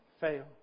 fail